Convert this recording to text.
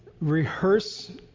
rehearse